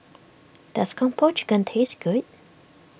does Kung Po Chicken taste good